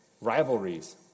rivalries